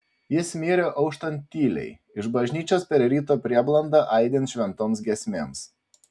jis mirė auštant tyliai iš bažnyčios per ryto prieblandą aidint šventoms giesmėms